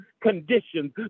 conditions